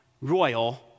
royal